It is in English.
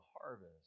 harvest